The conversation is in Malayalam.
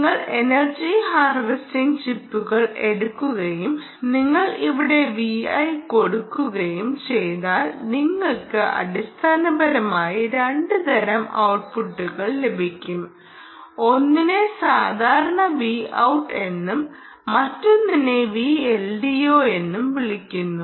നിങ്ങൾ എനർജി ഹാർവെസ്റ്റിംഗ് ചിപ്പുകൾ എടുക്കുകയും നിങ്ങൾ ഇവിടെ Vi കൊടുക്കുകയും ചെയ്താൽ നിങ്ങൾക്ക് അടിസ്ഥാനപരമായി 2 തരം ഔട്ട്പുട്ടുകൾ ലഭിക്കും ഒന്നിനെ സാധാരണ Vout എന്നും മറ്റൊന്നിനെ VLDO എന്നും വിളിക്കുന്നു